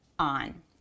on